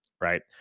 Right